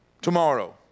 tomorrow